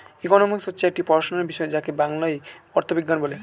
economics হচ্ছে একটি পড়াশোনার বিষয় যাকে বাংলায় অর্থবিজ্ঞান বলে